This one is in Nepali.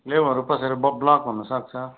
लेउहरू पसेर ब ब्लक हुन सक्छ